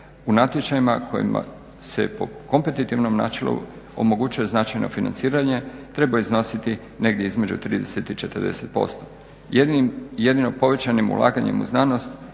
u natječajima kojima se po kompetitivnom načelu omoguće značajno financiranje, treba iznositi negdje između 30 i 40%. Jedino povećanim ulaganjem u znanost